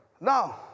Now